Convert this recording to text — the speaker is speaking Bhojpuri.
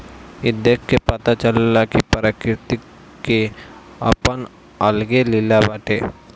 ई देख के पता चलेला कि प्रकृति के आपन अलगे लीला बाटे